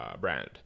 brand